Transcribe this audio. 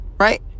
Right